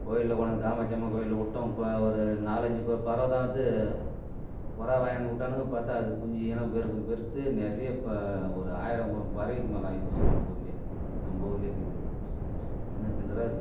கோயிலில் கொண்டாந்து காமாட்சி அம்மன் கோயிலில் விட்டோம் கோ ஒரு நாலஞ்சு பறவை தான் இது புறா வாங்கியாந்து விட்டானுங்க பார்த்தா அது குஞ்சு இனப்பெருக்கம் பெருத்து நிறைய இப்போது ஒரு ஆயிரம் பறவைக்கு மேல் ஆயிப்போச்சு நம்ப ஊரிலையே நம்ப ஊரிலே இருக்குது அது கிணறு கிணறாக இருக்குது